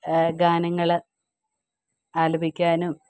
ഗാനങ്ങൾ ആലപിക്കാനും